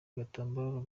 agatambaro